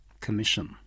Commission